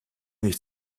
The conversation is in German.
nicht